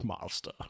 master